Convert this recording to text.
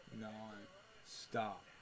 Non-stop